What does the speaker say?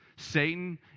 Satan